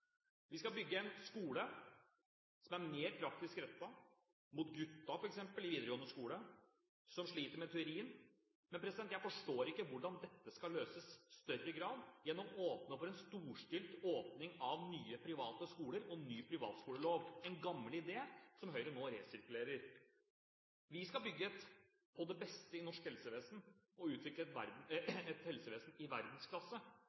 Vi skal bygge en skole som er mer praktisk rettet – mot guttene – f.eks. i videregående skole, som sliter med teorien. Men jeg forstår ikke hvordan dette skal løses i større grad gjennom å åpne for en storstilt åpning av nye, private skoler og en ny privatskolelov – en gammel idé som Høyre nå resirkulerer? Vi skal bygge på det beste i norsk helsevesen og utvikle et helsevesen i verdensklasse.